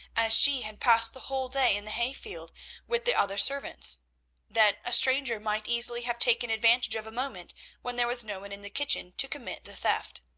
as she had passed the whole day in the hay-field with the other servants that a stranger might easily have taken advantage of a moment when there was no one in the kitchen to commit the theft.